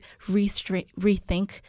rethink